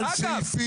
אגב,